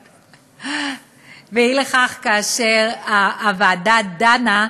ואי לכך, כאשר הוועדה דנה,